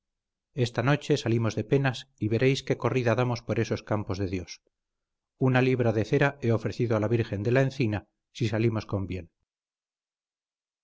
esta noche salimos de penas y veréis qué corrida damos por esos campos de dios una libra de cera he ofrecido a la virgen de la encina si salimos con bien